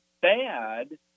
bad